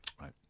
Right